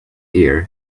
ear